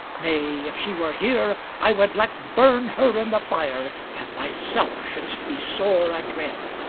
nay, if she were here, i would let burn her in the fire, and thyself shouldst be sore adread.